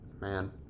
man